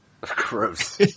Gross